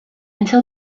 until